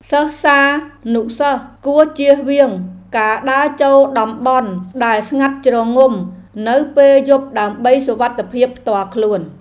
សិស្សានុសិស្សគួរជៀសវាងការដើរចូលតំបន់ដែលស្ងាត់ជ្រងំនៅពេលយប់ដើម្បីសុវត្ថិភាពផ្ទាល់ខ្លួន។